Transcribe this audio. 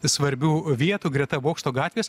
svarbių vietų greta bokšto gatvės